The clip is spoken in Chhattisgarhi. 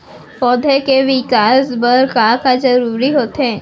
पौधे के विकास बर का का जरूरी होथे?